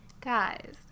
guys